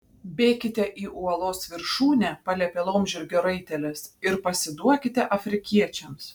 bėkite į uolos viršūnę paliepė laumžirgio raitelis ir pasiduokite afrikiečiams